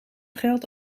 geld